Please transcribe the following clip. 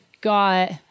got